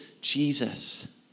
Jesus